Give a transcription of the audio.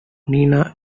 nina